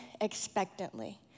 expectantly